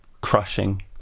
crushing